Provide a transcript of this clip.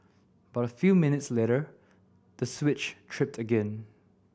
but a few minutes later the switch tripped again